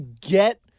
get